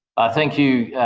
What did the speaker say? thank you,